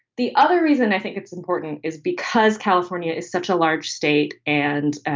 the other reason i think it's important is because california is such a large state. and,